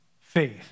faith